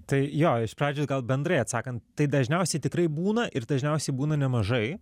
tai jo iš pradžių gal bendrai atsakant tai dažniausiai tikrai būna ir dažniausiai būna nemažai